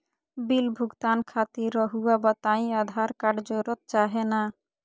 Bill भुगतान खातिर रहुआ बताइं आधार कार्ड जरूर चाहे ना?